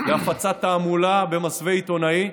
להפצת תעמולה במסווה עיתונאי.